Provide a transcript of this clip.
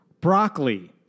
Broccoli